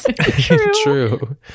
True